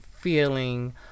Feeling